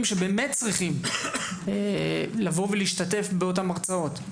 שבאמת צריכים לבוא ולהשתתף באותם הרצאות?